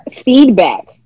feedback